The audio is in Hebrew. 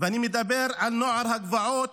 אני מדבר על נוער הגבעות.